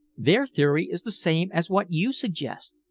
their theory is the same as what you suggest,